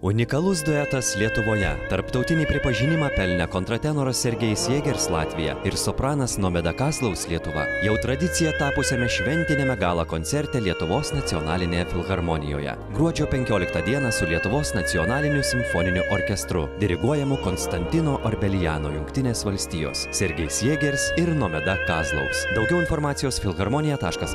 unikalus duetas lietuvoje tarptautinį pripažinimą pelnę kontra tenoras sergej sėgers latvija ir sopranas nomeda kazlaus lietuva jau tradicija tapusiame šventiniame gala koncerte lietuvos nacionalinėje filharmonijoje gruodžio penkioliktą dieną su lietuvos nacionaliniu simfoniniu orkestru diriguojamu konstantino orbeljano jungtinės valstijos sergejs sėgers ir nomeda kazlaus daugiau informacijos filharmonija taškas